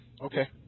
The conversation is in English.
Okay